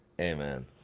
Amen